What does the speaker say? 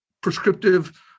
prescriptive